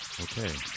okay